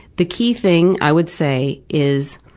the key thing, i would say, is,